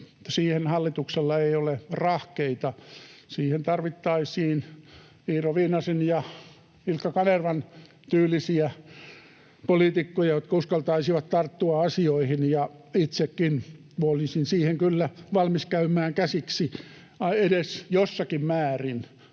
Siihen hallituksella ei ole rahkeita. Siihen tarvittaisiin Iiro Viinasen ja Ilkka Kanervan tyylisiä poliitikkoja, jotka uskaltaisivat tarttua asioihin, ja itsekin olisin siihen kyllä valmis käymään käsiksi edes jossakin määrin.